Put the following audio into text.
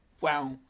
Wow